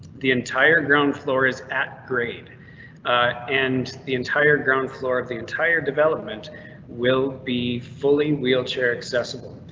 the entire ground floor is at grade and the entire ground floor of the entire development will be fully wheelchair accessible.